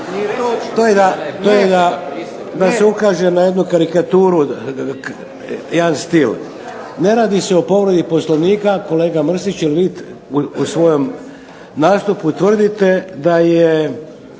To je da se ukaže na jednu karikaturu, jedan stil. Ne radi se o povredi Poslovnika, kolega Mršić, jer vi u svojem nastupu tvrdite da je